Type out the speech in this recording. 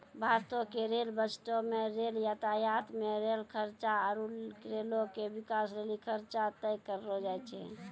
भारतो के रेल बजटो मे रेल यातायात मे खर्चा आरु रेलो के बिकास लेली खर्चा तय करलो जाय छै